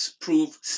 prove